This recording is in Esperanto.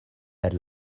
per